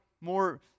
more